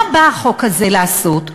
מה בא החוק הזה לעשות?